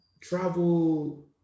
travel